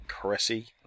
Cressy